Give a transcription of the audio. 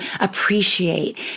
appreciate